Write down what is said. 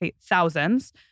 thousands